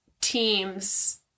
teams